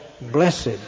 Blessed